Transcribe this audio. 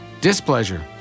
Displeasure